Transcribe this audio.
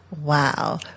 wow